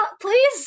Please